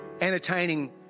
entertaining